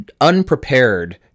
unprepared